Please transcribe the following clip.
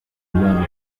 imana